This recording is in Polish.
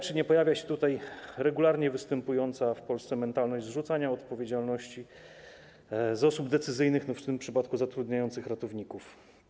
Czy nie pojawia się tutaj regularnie występująca w Polsce mentalność zrzucania odpowiedzialności z osób decyzyjnych, w tym przypadku zatrudniających ratowników?